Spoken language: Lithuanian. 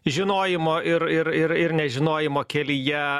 žinojimo ir ir ir ir nežinojimo kelyje